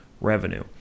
revenue